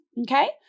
okay